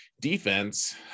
defense